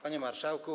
Panie Marszałku!